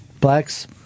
Blacks